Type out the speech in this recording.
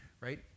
right